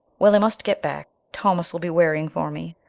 well, i must get back. thomas'll be wearying for me.